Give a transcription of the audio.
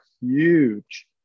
huge